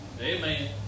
Amen